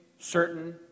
certain